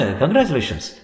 congratulations